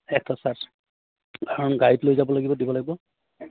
extra charge কাৰণ গাড়ীত লৈ যাব লাগিব দিব লাগিব